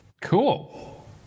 Cool